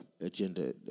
agenda